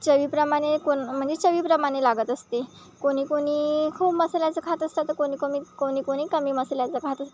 चवीप्रमाणे कोण म्हणजे चवीप्रमाणे लागत असते कोणी कोणी खूप मसाल्याचं खात असतात तर कोणी कमी कोणी कोणी कमी मसाल्याचं खातं